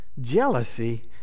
Jealousy